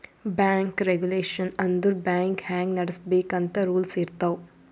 bank regulation ಅಂದುರ್ bank ಹ್ಯಾಂಗ್ ನಡುಸ್ಬೇಕ್ ಅಂತ್ ರೂಲ್ಸ್ ಇರ್ತಾವ್